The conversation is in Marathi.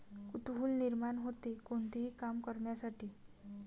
कुतूहल निर्माण होते, कोणतेही काम करण्यासाठी